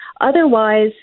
Otherwise